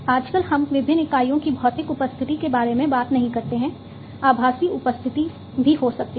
आजकल हम विभिन्न इकाइयों की भौतिक उपस्थिति के बारे में बात नहीं करते हैं आभासी उपस्थिति भी हो सकती है